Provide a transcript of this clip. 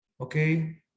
okay